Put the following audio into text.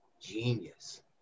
genius